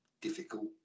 difficult